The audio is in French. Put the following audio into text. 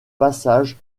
passage